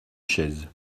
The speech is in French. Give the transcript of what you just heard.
chaise